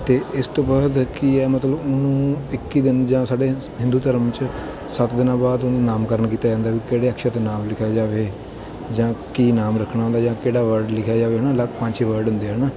ਅਤੇ ਇਸ ਤੋਂ ਬਾਅਦ ਕੀ ਹੈ ਮਤਲਬ ਉਹਨੂੰ ਇੱਕੀ ਦਿਨ ਜਾਂ ਸਾਡੇ ਹਿੰਦੂ ਧਰਮ 'ਚ ਸੱਤ ਦਿਨਾਂ ਬਾਅਦ ਉਹਨੂੰ ਨਾਮਕਰਣ ਕੀਤਾ ਜਾਂਦਾ ਵੀ ਕਿਹੜੇ ਅਕਸ਼ਰ 'ਤੇ ਨਾਮ ਲਿਖਿਆ ਜਾਵੇ ਜਾਂ ਕੀ ਨਾਮ ਰੱਖਣਾ ਉਹਦਾ ਜਾਂ ਕਿਹੜਾ ਵਰਡ ਲਿਖਿਆ ਜਾਵੇ ਹੈ ਨਾ ਅਲੱਗ ਪੰਜ ਛੇ ਵਰਡ ਹੁੰਦੇ ਹੈ ਨਾ